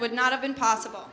would not have been possible